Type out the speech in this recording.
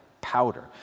powder